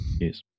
Yes